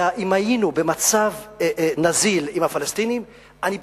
אם היינו במצב נזיל עם הפלסטינים, אני בטוח,